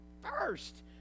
First